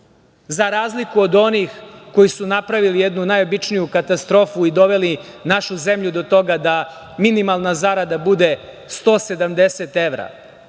Za razliku od onih koji su napravili jednu najobičniju katastrofu i doveli našu zemlju do toga da minimalna zarada bude 170 evra.